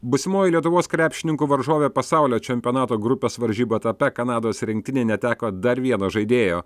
būsimoji lietuvos krepšininkų varžovė pasaulio čempionato grupės varžybų etape kanados rinktinė neteko dar vieno žaidėjo